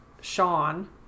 Sean